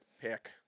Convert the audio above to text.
pick